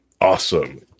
Awesome